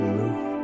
move